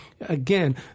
Again